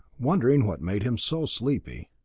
wondering what made him so sleepy.